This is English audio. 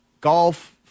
golf –